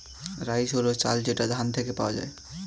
rice হল চাল যেটা ধান থেকে পাওয়া যায়